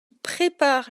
prépare